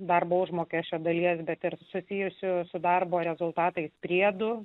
darbo užmokesčio dalies bet ir susijusi su darbo rezultatais priedų